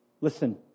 Listen